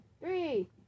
Three